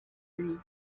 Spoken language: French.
lui